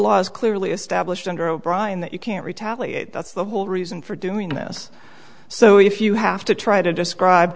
is clearly established under o'brien that you can't retaliate that's the whole reason for doing this so if you have to try to describe